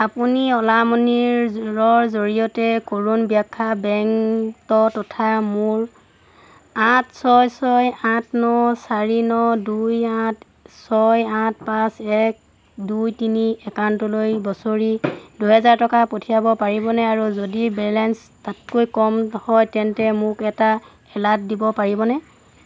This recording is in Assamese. আপুনি অ'লা মানিৰ জৰিয়তে কৰুৰ ব্যাসা বেংকত উঠা মোৰ আঠ ছয় ছয় আঠ ন চাৰি ন দুই আঠ ছয় আঠ পাঁচ এক দুই তিনি একাউণ্টলৈ বছৰি দুহেজাৰ টকা পঠিয়াব পাৰিবনে আৰু যদি বেলেঞ্চ তাতকৈ কম হয় তেন্তে মোক এটা এলাৰ্ট দিব পাৰিবনে